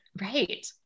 Right